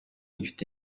gifite